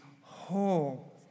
whole